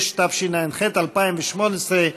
66), התשע"ח 2018,